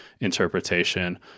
interpretation